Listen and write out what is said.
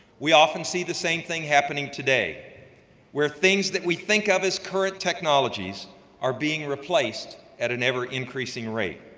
we often see the same thing happening today where things that we think of as current technologies are being replaced at an ever-increasing rate.